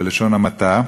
בלשון המעטה.